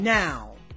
now